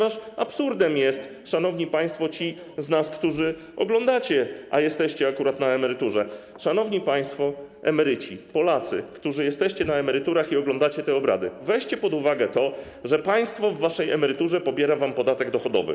Absurdem jest, szanowni państwo, ci z nas, którzy oglądacie, a jesteście akurat na emeryturze, szanowni państwo emeryci, Polacy, którzy jesteście na emeryturach i oglądacie te obrady, że państwo z waszej emerytury pobiera podatek dochodowy.